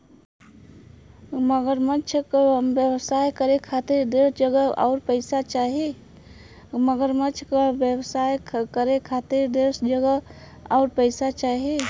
मगरमच्छ क व्यवसाय करे खातिर ढेर जगह आउर पइसा चाही